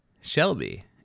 Shelby